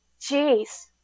Jeez